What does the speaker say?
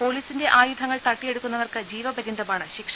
പൊലീസിന്റെ ആയുധങ്ങൾ തട്ടിയെട്ടുക്കുന്നവർക്ക് ജീവപ ര്യന്തമാണ് ശിക്ഷ